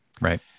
Right